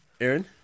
Aaron